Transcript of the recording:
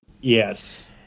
yes